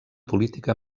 política